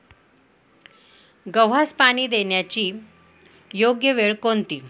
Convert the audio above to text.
गव्हास पाणी देण्याची योग्य वेळ कोणती?